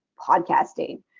podcasting